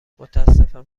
متاسفم